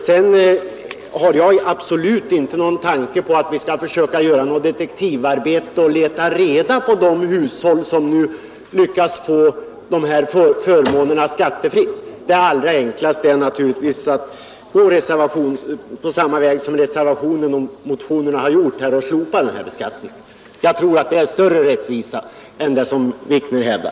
Sedan har jag absolut inte någon tanke på att vi skall försöka göra något detektivarbete och leta reda på de hushåll som lyckas få de här förmånerna skattefritt. Det allra enklaste är naturligtvis att gå på samma väg som motionerna och reservationen och slopa beskattningen. Jag tror att det medför större rättvisa än det som herr Wikner hävdar.